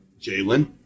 Jalen